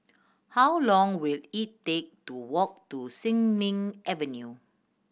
how long will it take to walk to Sin Ming Avenue